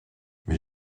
mais